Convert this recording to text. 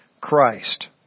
Christ